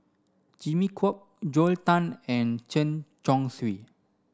Jimmy Chok Joel Tan and Chen Chong Swee